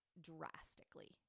Drastically